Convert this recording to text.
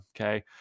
Okay